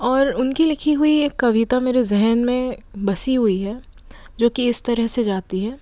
और उनकी लिखी हुई एक कविता मेरे ज़हन में बसी हुई है जो कि इस तरह से जाती है